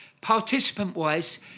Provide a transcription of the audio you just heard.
participant-wise